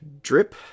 Drip